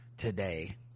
Today